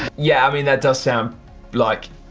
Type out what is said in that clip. yeah, i mean that does sound like.